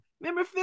Remember